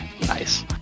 nice